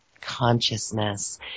consciousness